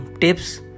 tips